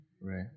right